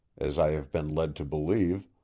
as i have been led to believe,